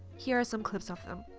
here are some clips ah i'm